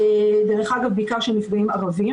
בעיקר של נפגעים ערבים